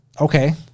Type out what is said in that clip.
okay